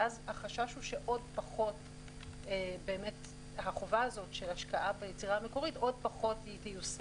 ואז החשש הוא שבאמת החובה הזאת של השקעה ביצירה המקורית עוד פחות תיושם.